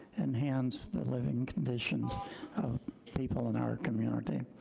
enhance the living conditions of people in our community,